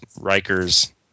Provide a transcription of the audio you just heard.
Riker's